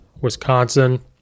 Wisconsin